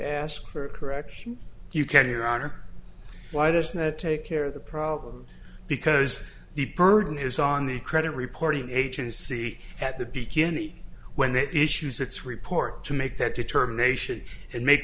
ask for a correction you can your honor why doesn't that take care of the problem because the burden is on the credit reporting agency at the beginning when the issues its report to make that determination and make